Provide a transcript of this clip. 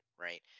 right